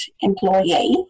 employee